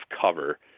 cover